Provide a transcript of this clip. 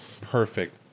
Perfect